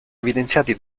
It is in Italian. evidenziati